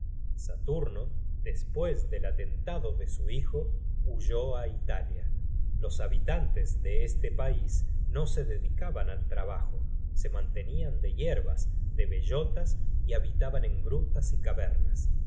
saturno despues del atentado de su hijo huyó á italia los habitantes de este pais no se dedicaban al trabajo se mantenian de yerbas de bellotas y habitaban en grutas y cavernas